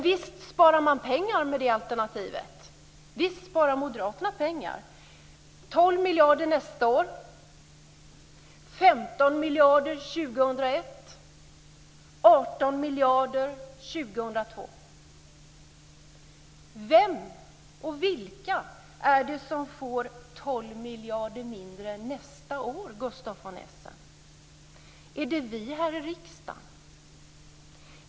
Visst sparar man pengar med det alternativet. Visst sparar Moderaterna pengar. Det handlar om 12 miljarder nästa år, 15 miljarder år 2001 och 18 miljarder år 2002. Vilka är det då som får 12 miljarder mindre nästa år, Gustaf von Essen? Är det vi här i riksdagen?